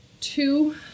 Two